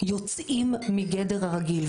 יוצאים מגדר הרגיל.